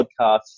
podcasts